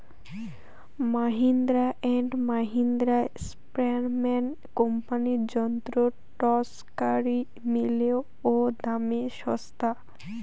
Mahindra and Mahindra, sprayer man কোম্পানির যন্ত্র চটকরি মেলে ও দামে ছস্তা